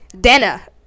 Dana